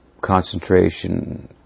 concentration